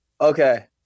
Okay